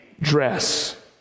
dress